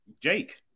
Jake